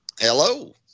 hello